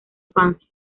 infancia